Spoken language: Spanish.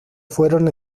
fueron